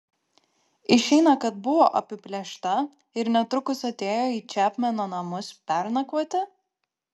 išeina kad buvo apiplėšta ir netrukus atėjo į čepmeno namus pernakvoti